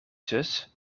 zus